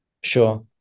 Sure